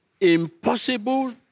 impossible